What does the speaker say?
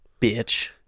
bitch